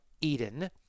Eden